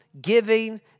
giving